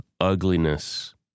ugliness